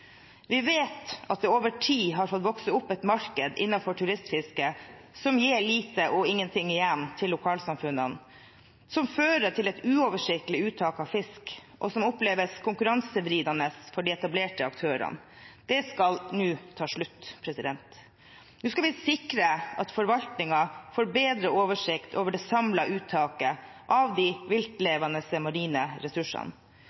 Vi vet at det over tid har fått vokse opp et marked innenfor turistfisket som gir lite eller ingenting igjen til lokalsamfunnene, som fører til et uoversiktlig uttak av fisk – og som oppleves konkurransevridende for de etablerte aktørene. Det skal nå ta slutt. Nå skal vi sikre at forvaltningen får bedre oversikt over det samlede uttaket av de viltlevende marine ressursene.